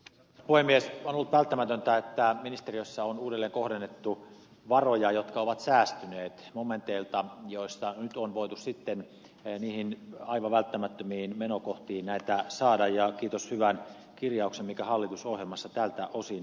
on ollut välttämätöntä että ministeriössä on uudelleen kohdennettu varoja jotka ovat säästyneet momenteilta joilta nyt on voitu sitten niihin aivan välttämättömiin menokohtiin näitä saada kiitos hyvän kirjauksen mikä hallitusohjelmassa tältä osin on